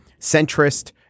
centrist